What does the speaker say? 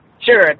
Sure